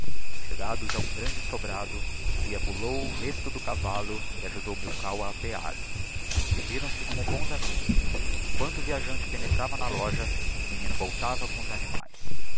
chegados a um grande sobrado o guia pulou lesto do cavallo e ajudou milkau a apear despediram-se como bons amigos e emquanto o viajante penetrava na loja o menino voltava com os animaes